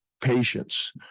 patience